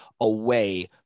away